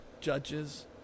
judges